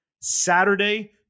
Saturday